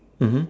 mmhmm